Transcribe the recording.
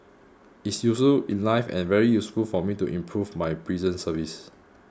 it's useful in life and very useful for me to improve my prison service